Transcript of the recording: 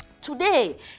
Today